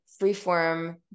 freeform